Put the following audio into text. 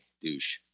douche